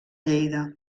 lleida